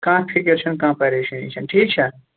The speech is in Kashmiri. کانٛہہ فِکِر چھَنہٕ کانٛہہ پَریشٲنی چھَنہٕ ٹھیٖک چھا